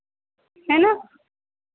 है ना